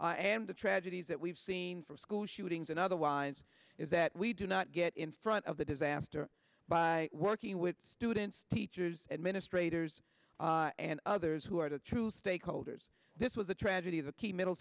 schools and the tragedies that we've seen from school shootings and otherwise is that we do not get in front of the disaster by working with students teachers administrators and others who are the true stakeholders this was the tragedy of the teen middle